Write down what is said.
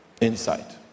insight